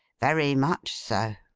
very much so